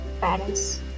parents